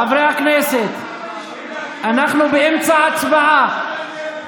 חברי הכנסת, אנחנו באמצע הצבעה.